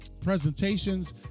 presentations